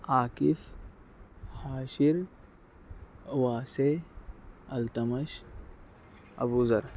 Akif Hashir Wasay Altamash Abu Zar